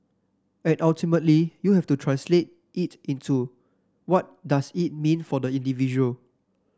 and ultimately you have to translate it into what does it mean for the individual